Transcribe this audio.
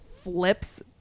flips